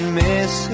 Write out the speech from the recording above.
miss